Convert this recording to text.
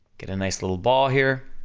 get a nice little ball here,